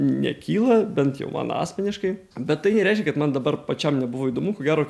nekyla bent jau man asmeniškai bet tai nereiškia kad man dabar pačiam nebuvo įdomu ko gero